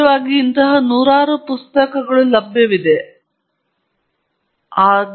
ಸಹಜವಾಗಿ ನೂರಾರು ಇತರ ಪುಸ್ತಕಗಳನ್ನು ನೀವು ಉಲ್ಲೇಖಿಸಬಹುದು